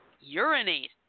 urinate